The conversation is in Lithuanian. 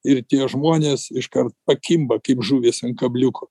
ir tie žmonės iškart pakimba kaip žuvys ant kabliuko